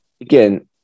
again